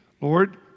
Lord